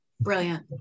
Brilliant